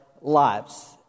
lives